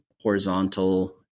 horizontal